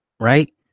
Right